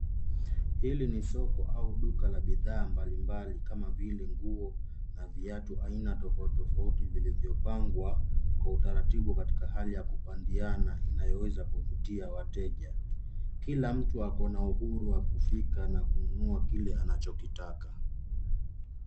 Hili ni soko au duka la bidhaa mbalimbali kama vile nguo na viatu aina tofauti tofauti vilivyopangwa kwa utaratibu katika hali ya kupandiana inayoweza kuvutia wateja. Kila mtu ako na uhuru wa kufika na kununua kile anachokitaka.